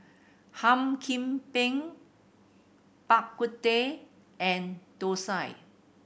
Hum Chim Peng Bak Kut Teh and thosai